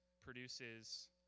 produces